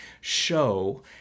show